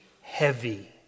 heavy